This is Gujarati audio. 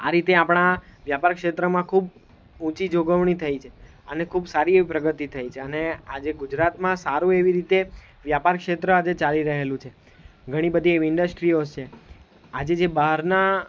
આ રીતે આપણા વ્યાપાર ક્ષેત્રમાં ખૂબ ઊંચી જોગવણી થઈ છે અને ખૂબ સારી એવી પ્રગતિ થઈ છે અને આજે ગુજરાતમાં સારું એવી રીતે વ્યાપાર ક્ષેત્ર આજે ચાલી રહેલું છે ઘણી બધી એવી ઇન્ડસ્ટ્રીઓ છે આજે જે બારના